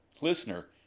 Listener